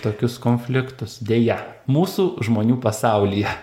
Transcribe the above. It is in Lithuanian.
tokius konfliktus deja mūsų žmonių pasaulyje